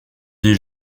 des